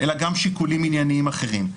אלא גם שיקולים עניינים אחרים,